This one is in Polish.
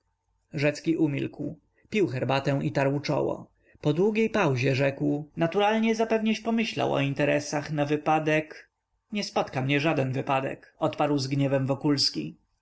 przeprosin rzecki umilkł pił herbatę i tarł czoło po długiej pauzie rzekł naturalnie zapewneś pomyślał o interesach na wypadek nie spotka mnie żaden wypadek odparł